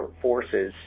forces